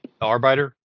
Arbiter